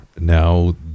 Now